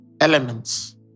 elements